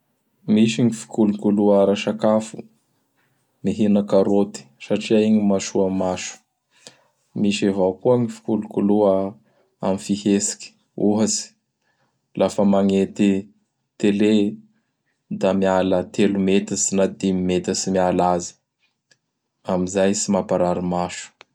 Misy gn fikolokoloa ara-sakafo, mihina karôty satria igny ny mahasoa maso. Misy avao koa gny fikolokoa amin'ny fihetsiky. Ohatsy: laha fa magnety tele da miala telo metatsy na dimy metatsy miala azy amin'izay tsy mamparary maso.